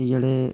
जेह्ड़े